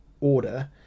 order